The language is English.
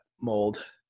mold